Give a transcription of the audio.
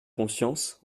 confiance